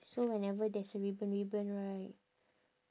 so whenever there's a ribbon ribbon right